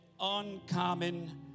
uncommon